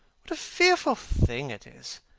what a fearful thing it is!